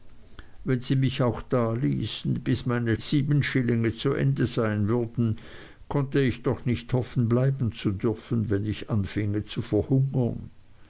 wenn sie mich auch da ließen bis meine sieben schillinge zu ende sein würden konnte ich doch nicht hoffen bleiben zu dürfen wenn ich anfinge zu verhungern